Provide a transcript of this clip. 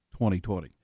2020